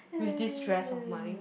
with this stress of mind